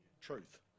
truth